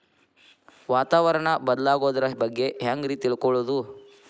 ವಾತಾವರಣ ಬದಲಾಗೊದ್ರ ಬಗ್ಗೆ ಹ್ಯಾಂಗ್ ರೇ ತಿಳ್ಕೊಳೋದು?